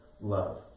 love